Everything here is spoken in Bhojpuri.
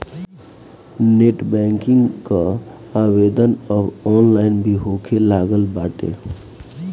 नेट बैंकिंग कअ आवेदन अब ऑनलाइन भी होखे लागल बाटे